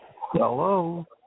Hello